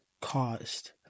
caused